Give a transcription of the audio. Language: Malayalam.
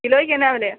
കിലോയ്ക്ക് എന്നാ വിലയാ